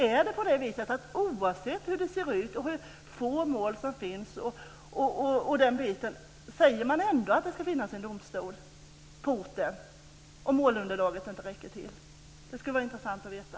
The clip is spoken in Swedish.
Ska det finnas en domstol oavsett hur det ser ut och hur få mål det än är? Säger man att det ska finnas en domstol på orten även om målunderlaget inte räcker till? Det skulle vara intressant att veta.